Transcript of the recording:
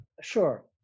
sure